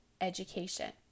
education